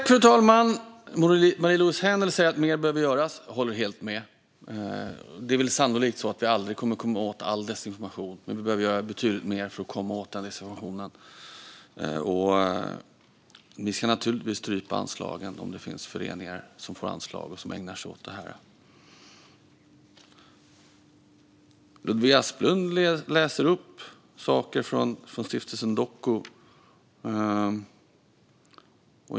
Fru talman! Marie-Louise Hänel Sandström säger att mer behöver göras. Jag håller helt med. Det är sannolikt så att vi aldrig kommer att komma åt all desinformation, men vi behöver göra betydligt mer för att komma åt desinformationen. Om det finns föreningar som får anslag och som ägnar sig åt detta ska vi naturligtvis strypa anslagen till dem. Ludvig Aspling läser upp saker från stiftelsen Doku.